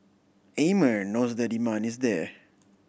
Amer knows the demand is there